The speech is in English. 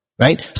right